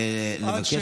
אינו נוכח,